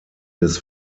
des